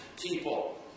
people